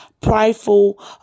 prideful